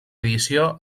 edició